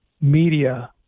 media